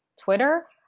Twitter